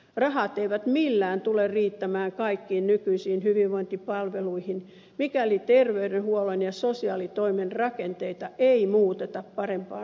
rahat eivät millään tule riittämään kaikkiin nykyisiin hyvinvointipalveluihin mikäli terveydenhuollon ja sosiaalitoimen rakenteita ei muuteta parempaan suuntaan